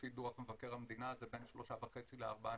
לפי דוח מבקר המדינה, זה בין 3.5% ל-4.6%.